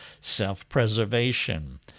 Self-preservation